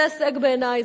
זה הישג בעיני,